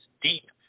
deep